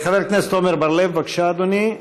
חבר הכנסת עמר בר-לב, בבקשה, אדוני.